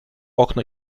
okno